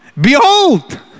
behold